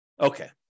Okay